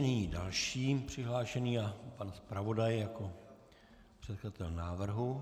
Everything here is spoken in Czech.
Nyní další přihlášený, pan zpravodaj jako předkladatel návrhu.